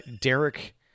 Derek